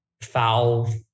Foul